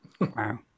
Wow